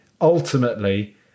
Ultimately